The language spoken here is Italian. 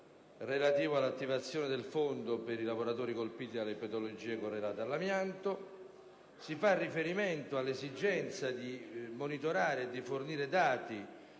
relativo all'attivazione del fondo per i lavoratori colpiti dalle patologie correlate all'amianto. Si fa riferimento all'esigenza di monitorare e di fornire dati